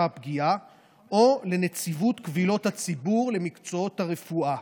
הפגיעה או לנציבות קבילות הציבור למקצועות הרפואה.